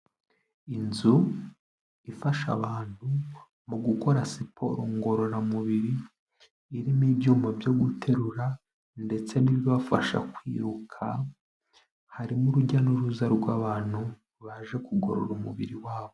Inzu ifasha abantu mu gukora siporo ngororamubiri, irimo ibyuma byo guterura ndetse n'ibibafasha kwibuka, harimo urujya n'uruza rw'abantu baje kugorora umubiri wabo.